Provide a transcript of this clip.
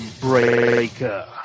breaker